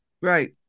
Right